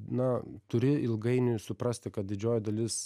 na turi ilgainiui suprasti kad didžioji dalis